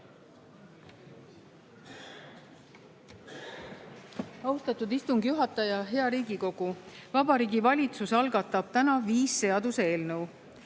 Austatud istungi juhataja! Hea Riigikogu! Vabariigi Valitsus algatab täna viis seaduseelnõu.